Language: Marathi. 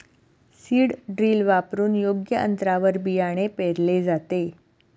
सीड ड्रिल वापरून योग्य अंतरावर बियाणे पेरले जाते